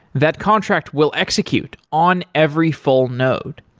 that contract will execute on every full node.